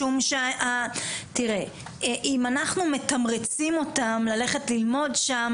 אם אנחנו מתמרצים אותם ללכת ללמוד שם,